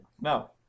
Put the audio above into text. No